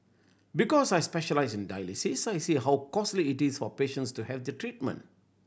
because I specialise in dialysis I see how costly it is for patients to have the treatment